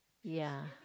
ya